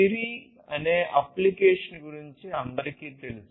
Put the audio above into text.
సిరి అనే అప్లికేషన్ గురించి అందరికీ తెలుసు